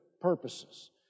purposes